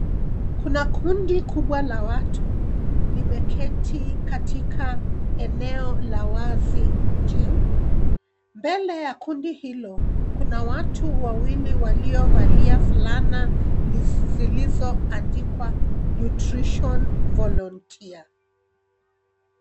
Kuna kundi kubwa la watu wakiwa wameketi katika eneo la wazi nje, mbele ya kundi hilo Kuna watu wawili waliovalia fulani zilizoandikwa Nutrition volunteer(cs)